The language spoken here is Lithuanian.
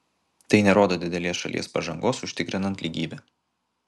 tai nerodo didelės šalies pažangos užtikrinant lygybę